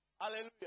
Hallelujah